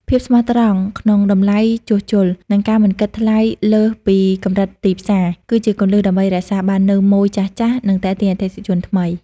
ភាពស្មោះត្រង់ក្នុងតម្លៃជួសជុល និងការមិនគិតថ្លៃលើសពីកម្រិតទីផ្សារ គឺជាគន្លឹះដើម្បីរក្សាបាននូវម៉ូយចាស់ៗ និងទាក់ទាញអតិថិជនថ្មី។